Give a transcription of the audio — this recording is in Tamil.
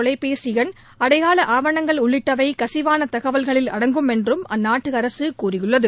தொலைபேசி எண் அடையாள ஆவணங்கள் உள்ளிட்டவை கசிவான தகவல்களில் அடங்கும் என்றும் அந்நாட்டு அரசு கூறியுள்ளது